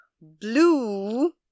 blue